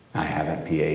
i haven't p